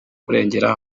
kurengera